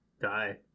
die